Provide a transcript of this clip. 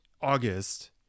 August